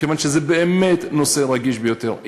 כיוון שזה באמת נושא רגיש ביותר.